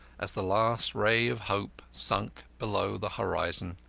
as the last ray of hope sank below the horizon.